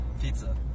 pizza